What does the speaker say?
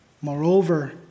Moreover